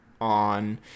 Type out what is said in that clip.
on